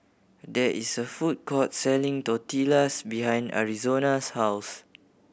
there is a food court selling Tortillas behind Arizona's house